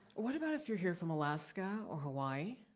what about if you're here from alaska or hawaii?